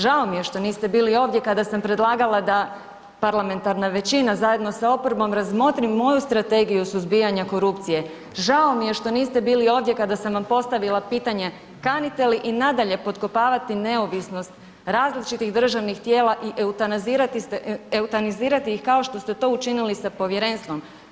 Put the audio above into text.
Žao mi je što niste bili ovdje kada sam predlagala da parlamentarna većina zajedno sa oporbom razmotri moju strategiju suzbijanja korupcije, žao mi je što niste bili ovdje kada sam vam postavila pitanje kanite li i nadalje potkopavati neovisnost različitih državnih tijela i eutanazirati ih kao što ste to učinili sa povjerenstvom.